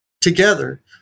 together